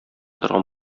торган